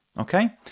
Okay